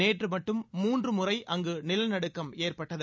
நேற்று மட்டும் மூன்று முறை அங்கு நிலநடுக்கம் ஏற்பட்டது